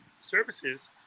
services